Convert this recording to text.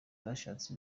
bashatse